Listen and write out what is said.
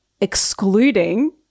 excluding